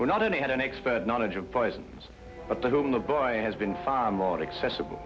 hand not only had an expert knowledge of poisons but the home the boy has been far more accessible